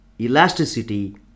elasticity